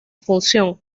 función